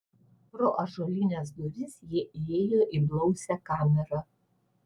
pro ąžuolines duris jie įėjo į blausią kamerą